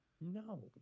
No